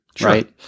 right